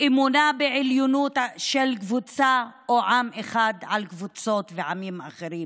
אמונה בעליונות של קבוצה או עם אחד על קבוצות ועמים אחרים,